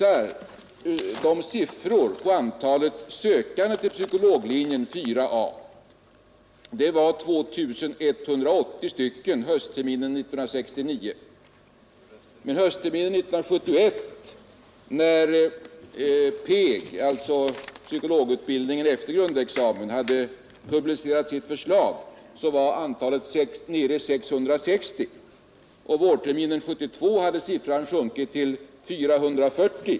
Antalet sökande till psykologlinjen 4 a var 2 180 höstterminen 1969. Men höstterminen 1971, när PEG, alltså arbetsgruppen för psykologutbildning efter grundexamen, hade publicerat sitt förslag, var antalet nere i 660. Vårterminen 1972 hade siffran sjunkit till 440.